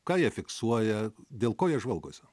ką jie fiksuoja dėl ko jie žvalgosi